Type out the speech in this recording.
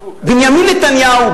בנימין נתניהו,